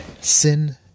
Sin